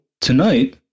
tonight